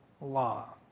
law